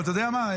אבל אתה יודע מה,